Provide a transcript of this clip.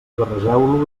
barregeu